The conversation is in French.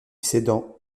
cédant